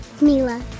Mila